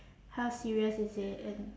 how serious is it and